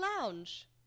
lounge